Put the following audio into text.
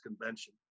Convention